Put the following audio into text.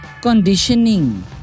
Conditioning